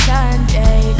Sunday